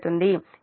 కాబట్టి ఇది XA 0